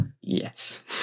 Yes